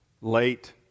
Late